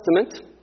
Testament